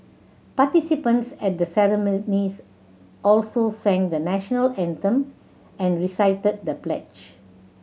participants at the ceremonies also sang the National Anthem and recited the pledge